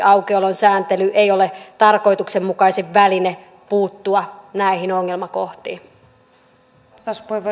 aukiolon sääntely ei ole tarkoituksenmukaisin väline puuttua näihin ongelmakohtiin